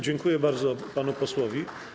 Dziękuję bardzo panu posłowi.